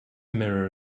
mirror